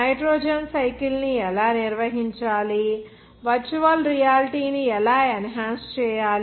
nitrogen cycle ని ఎలా నిర్వహించాలి వర్చువల్ రియాలిటీ ని ఎలా యన్హాన్స్ చేయాలి